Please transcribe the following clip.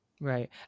Right